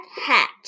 hat